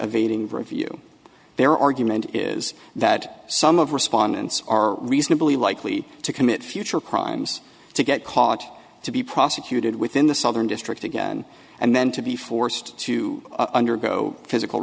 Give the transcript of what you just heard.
of eating review their argument is that some of respondents are reasonably likely to commit future crimes to get caught to be prosecuted within the southern district again and then to be forced to undergo physical